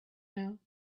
now